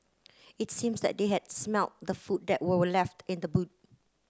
it seems that they had smelt the food that were we left in the boot